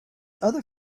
other